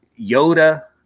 Yoda